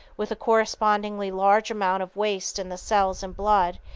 with a correspondingly large amount of waste in the cells and blood,